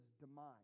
demise